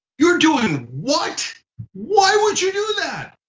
you're doing what why would you do that?